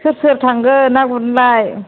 सोर सोर थांगोन ना गुरनोलाय